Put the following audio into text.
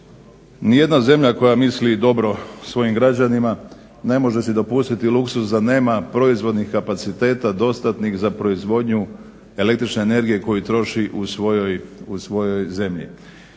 Nijedna zemlja koja misli dobro svojim građanima ne može si dopustiti luksuz da nema proizvodnih kapaciteta dostatnih za proizvodnju električne energije koju troši u svojoj zemlji.